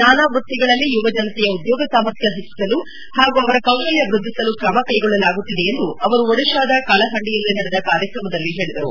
ನಾನಾ ವ್ಪತ್ತಿಗಳಲ್ಲಿ ಯುವ ಜನತೆಯ ಉದ್ಯೋಗ ಸಾಮರ್ಥ್ನ ಹೆಚ್ಚಿಸಲು ಹಾಗೂ ಅವರ ಕೌಶಲ್ಯ ವ್ಬದ್ದಿಸಲು ಕ್ರಮ ಕೈಗೊಳ್ಳಲಾಗುತ್ತಿದೆ ಎಂದು ಅವರು ಒಡಿಶಾದ ಕಲಹಂಡಿಯಲ್ಲಿ ನಡೆದ ಕಾರ್ಯಕ್ರಮದಲ್ಲಿ ಹೇಳಿದರು